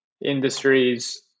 industries